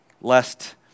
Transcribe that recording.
lest